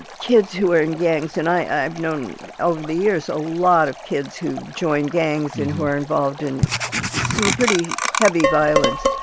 kids who are in gangs, and i i've known over the years a lot of kids who join gangs and who are involved in some pretty heavy violence.